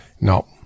no